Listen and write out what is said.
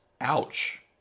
Ouch